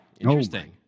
Interesting